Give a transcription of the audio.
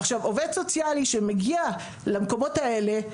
עובד סוציאלי שמגיע למקומות האלה,